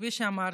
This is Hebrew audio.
כפי שאמרתי,